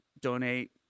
donate